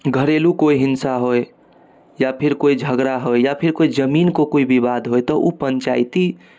घरेलु कोइ हिंसा होय या फिर कोइ झगड़ा होय या फेर कोइ जमीन कऽ कोइ विवाद होय तऽ उ पञ्चायती